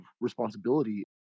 responsibility